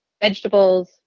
vegetables